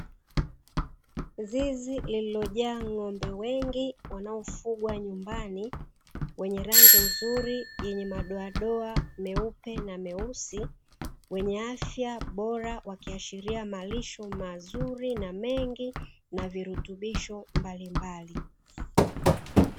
Zizi lililojaa ng'ombe wengi wanaofugwa nyumbani, wenye rangi nzuri yenye madoadoa meupe na meusi, wenye afya bora wakiashiria malisho mazuri na mengi na virutubisho mbalimbali.